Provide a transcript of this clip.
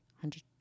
hundred